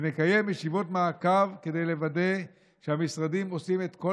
ונקיים ישיבות מעקב כדי לוודא שהמשרדים עושים את כל